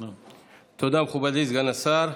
תודה, מכובדי סגן השר.